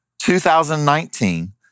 2019